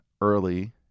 early